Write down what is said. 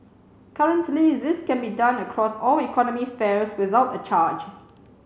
currently this can be done across all economy fares without a charge